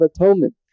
Atonement